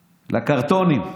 לקרטונים.